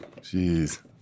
Jeez